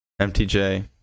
MTJ